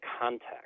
context